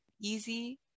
easy